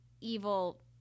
evil